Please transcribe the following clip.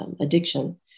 addiction